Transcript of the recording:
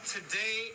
Today